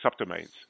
subdomains